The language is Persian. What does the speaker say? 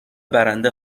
برنده